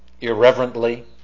irreverently